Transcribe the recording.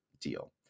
deal